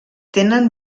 tenen